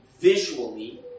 visually